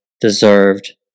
deserved